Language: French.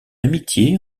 amitié